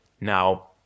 now